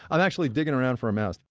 i'm actually digging around for a mouse.